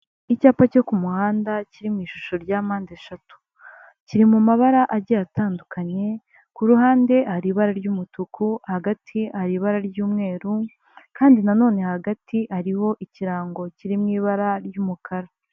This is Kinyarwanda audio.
Icyapa cyo ku muhanda kiri mu ishusho rya mpande eshatu kiri mu mabara agiye atandukanye, ku ruhande hari ibara ry'umutuku, hagati hari ibara ry'umweru kandi na none hagati hariho ikirango kiri mu ibara ry'umukara.